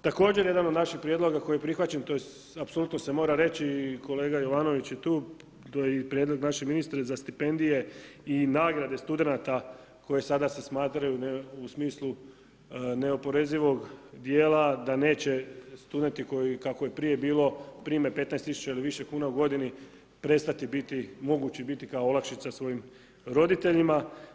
Također jedan od naših prijedloga koji je prihvaćen, tj. apsolutno se mora reći i kolega Jovanović je tu, to je i prijedlog našeg ministra za stipendije i nagrade studenata koje sada se smatraju u smislu neoporezivog dijela da neće studenti koji kako je prije bilo, prime 15 tisuća ili više kuna u godini prestati biti, mogući biti kao olakšica svojim roditeljima.